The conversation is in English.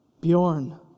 Bjorn